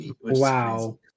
Wow